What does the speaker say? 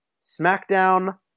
SmackDown